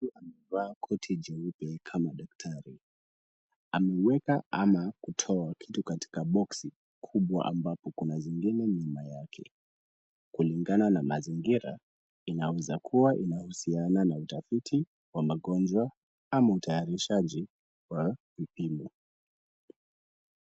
Mtu amevaa koti jeupe kama daktari. Ameweka ama kutoa kitu katika boksi kubwa ambapo kuna zingine nyuma yake. Kulingana na mazingira inaweza kuwa inahusiana na utafiti wa magonjwa ama utayarishaji wa vipimo.